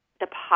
deposit